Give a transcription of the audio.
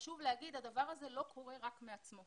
חשוב לומר שהדבר הזה לא קורה רק מעצמו.